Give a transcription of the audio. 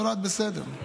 נולד בסדר,